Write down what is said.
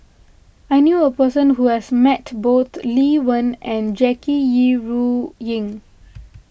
I knew a person who has met both Lee Wen and Jackie Yi Ru Ying